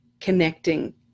connecting